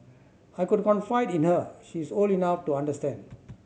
I could confide in her she is old enough to understand